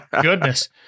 Goodness